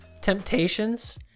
temptations